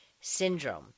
syndrome